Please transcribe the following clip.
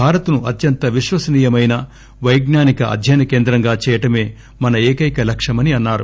భారత్ ను అత్యంత విశ్వసనీయమైన పైజ్ఞానిక అధ్యయన కేంద్రంగా చేయడమే మన ఏకైక లక్ష్యమని అన్నారు